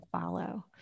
follow